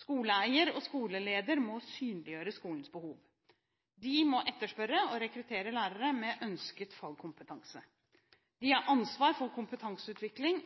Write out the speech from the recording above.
Skoleeier og skoleleder må synliggjøre skolens behov. De må etterspørre og rekruttere lærere med ønsket fagkompetanse. De har ansvaret for kompetanseutvikling